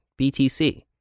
BTC